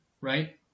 right